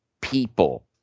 people